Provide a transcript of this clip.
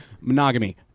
monogamy